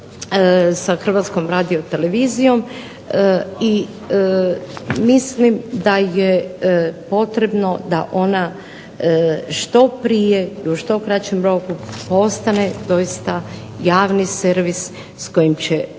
sa Hrvatskom radiotelevizijom i mislim da je potrebno da ona što prije i u što kraćem roku postane doista javni servis sa kojim će